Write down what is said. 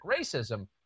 racism